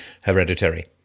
hereditary